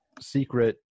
secret